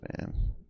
man